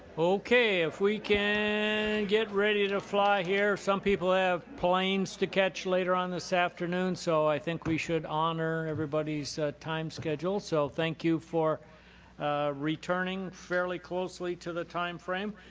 if we can get ready to fly here. some people have planes to catch later um this afternoon so i think we should honor everybody's time schedule. so thank you for returning fairly closely to the timeframe.